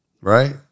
right